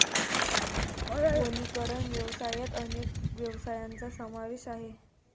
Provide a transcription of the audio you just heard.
वनीकरण व्यवसायात अनेक व्यवसायांचा समावेश आहे